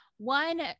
One